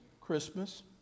Christmas